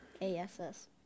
A-S-S